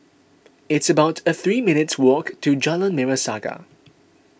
it's about three minutes' walk to Jalan Merah Saga